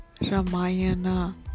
Ramayana